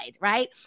Right